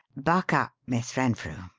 buck up, miss renfrew,